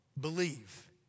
believe